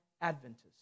Adventists